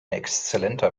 exzellenter